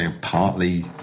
partly